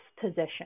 position